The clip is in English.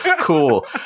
Cool